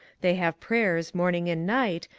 they have prayers morning and night,